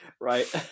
Right